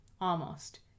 Almost